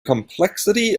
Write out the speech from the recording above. complexity